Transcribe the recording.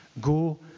Go